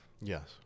Yes